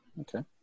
Okay